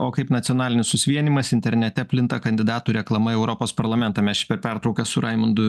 o kaip nacionalinis susivienijimas internete plinta kandidatų reklama į europos parlamentą mes čia per pertrauką su raimundu